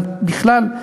גם בכלל,